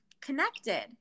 connected